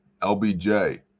LBJ